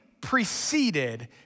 preceded